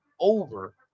over